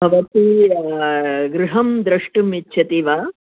भवती गृहं दृष्टुम् इच्छति वा